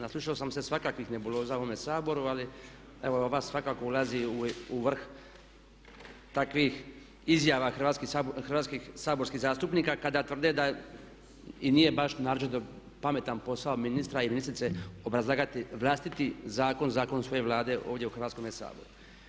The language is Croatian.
Naslušao sam se svakakvih nebuloza u ovome Saboru ali evo ova svakako ulazi u vrh takvih izjava hrvatskih saborskih zastupnika kada tvrde da i nije baš naročito pametan posao ministra i ministrice obrazlagati vlastiti zakon, zakon svoje Vlade ovdje u Hrvatskome saboru.